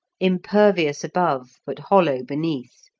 impervious above but hollow beneath